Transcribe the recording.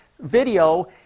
video